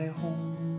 home